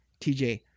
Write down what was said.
TJ